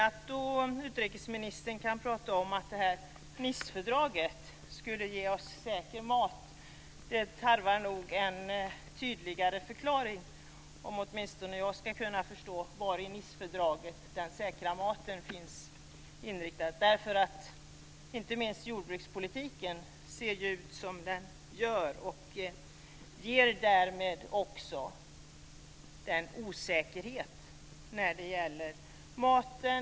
Att utrikesministern då kan prata om att Nicefördraget ska ge oss säker mat tarvar nog en tydligare förklaring, åtminstone om jag ska kunna förstå var i Nicefördraget den säkra maten finns. Jordbrukspolitiken ser ju ut som den gör, och därmed ger den också en osäkerhet när det gäller maten.